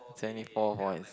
twenty four points